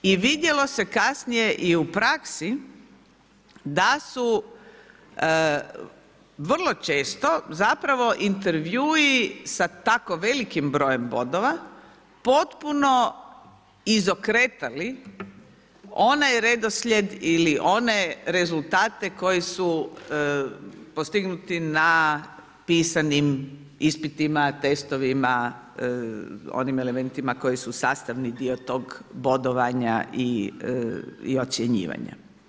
I vidjelo se kasnije i u praksi da su vrlo često intervjui sa tako velikim brojem bodova potpuno izokretali onaj redoslijed ili one rezultate koji su postignuti na pisanim ispitima, testovima onim elementima koji su sastavni dio tog bodovanja i ocjenjivanja.